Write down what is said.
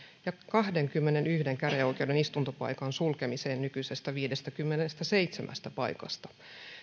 ja kahdenkymmenenyhden käräjäoikeuden istuntopaikan sulkemiseen nykyisestä viidestäkymmenestäseitsemästä paikasta